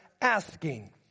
asking